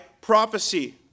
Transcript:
prophecy